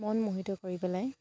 মন মুহিত কৰি পেলায়